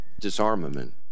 disarmament